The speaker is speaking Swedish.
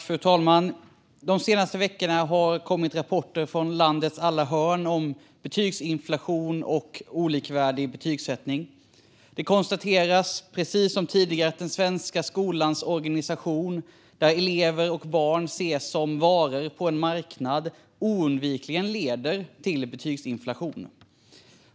Fru talman! De senaste veckorna har det kommit rapporter från landets alla hörn om betygsinflation och olikvärdig betygsättning. Det konstateras precis som tidigare att den svenska skolans organisation, där elever och barn ses som varor på en marknad, oundvikligen leder till betygsinflation.